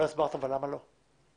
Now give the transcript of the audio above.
הסברת למה לא.